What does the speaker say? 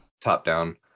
top-down